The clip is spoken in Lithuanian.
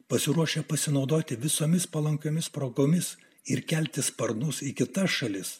pasiruošę pasinaudoti visomis palankiomis progomis ir kelti sparnus į kitas šalis